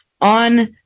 on